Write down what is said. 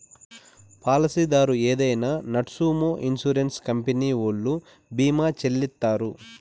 పాలసీదారు ఏదైనా నట్పూమొ ఇన్సూరెన్స్ కంపెనీ ఓల్లు భీమా చెల్లిత్తారు